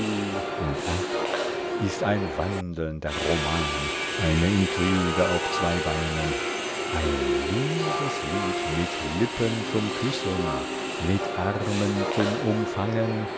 und ach ist ein wandelnder roman eine intrige auf zwei beinen ein liebeslied mit lippen zum küssen mit armen zum umfangen